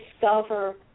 discover